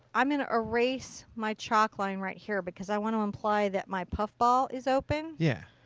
i'm going to erase my chalk line right here because i want to imply that my puffball is open. yeah.